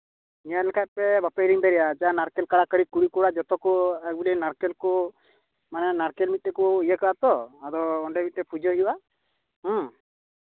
ᱧᱮᱞ ᱞᱮᱠᱷᱟᱡ ᱯᱮ ᱵᱟᱯᱮ ᱦᱤᱲᱤᱧ ᱫᱟᱲᱮᱭᱟᱜᱼᱟ ᱱᱟᱲᱠᱮᱞ ᱠᱟᱲᱟᱠᱟᱲᱤ ᱠᱩᱲᱤᱼᱠᱚᱲᱟ ᱡᱚᱛ ᱠᱚ ᱵᱚᱞᱮ ᱱᱟᱲᱠᱮᱞ ᱠᱚ ᱢᱟᱱᱮ ᱱᱟᱲᱠᱮᱞ ᱢᱤᱫᱴᱤᱡ ᱠᱚ ᱤᱭᱟᱹ ᱠᱟᱜᱼᱟ ᱛᱚ ᱟᱫᱚ ᱚᱸᱰᱮ ᱢᱤᱫᱴᱮᱱ ᱯᱩᱡᱟᱹ ᱦᱩᱭᱩᱜᱼᱟ ᱦᱮᱸ